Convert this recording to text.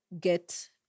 get